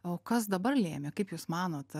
o kas dabar lėmė kaip jūs manot ar